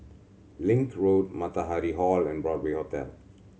Link Road Matahari Hall and Broadway Hotel